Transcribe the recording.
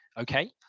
Okay